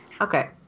Okay